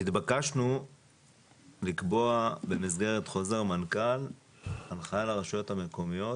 נתבקשנו לקבוע במסגרת חוזר מנכ"ל הנחיה לרשויות המקומיות